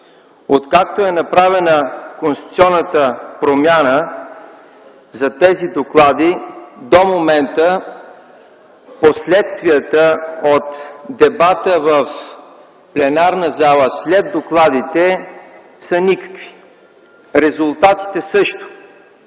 Откакто е направена конституционната промяна за тези доклади, до момента последствията от дебата в пленарната зала след докладите са никакви. Резултатите – също.